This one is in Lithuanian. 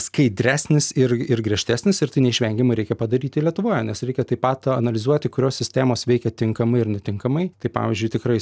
skaidresnis ir ir griežtesnis ir tai neišvengiamai reikia padaryti lietuvoje nes reikia taip pat analizuoti kurios sistemos veikia tinkamai ir netinkamai tai pavyzdžiui tikrai